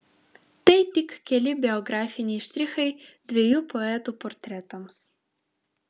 tai tik keli biografiniai štrichai dviejų poetų portretams